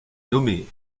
nommé